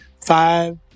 five